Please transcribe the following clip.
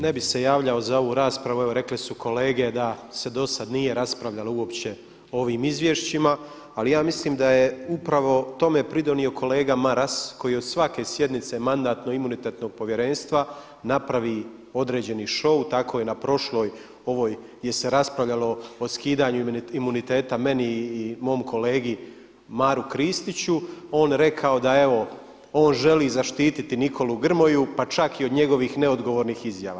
Ne bih se javljao za ovu raspravu, evo rekle su kolege da se do sada nije raspravljalo uopće o ovim izvješćima ali ja mislim da je upravo tome pridonio kolega Maras koji od svake sjednice Mandatno-imunitetnog povjerenstva napravi određeni show, tako je na prošloj ovoj gdje se raspravljalo o skidanju imuniteta meni i mom kolegi Maru Kristiću on rekao da evo on želi zaštititi Nikolu Grmoju pa čak i od njegovih neodgovornih izjava.